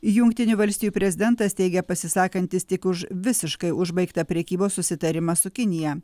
jungtinių valstijų prezidentas teigia pasisakantis tik už visiškai užbaigtą prekybos susitarimą su kinija